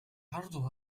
عرض